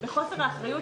בחוסר האחריות